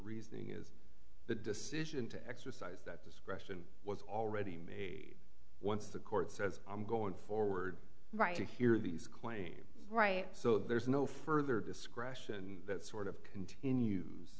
reasoning is the decision to exercise that discretion was already made once the court says i'm going forward right you hear these claims right so there's no further discretion that sort of continues